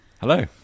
Hello